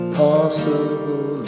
possible